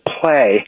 play